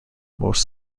most